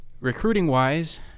Recruiting-wise